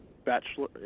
Bachelor